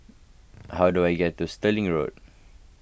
how do I get to Stirling Road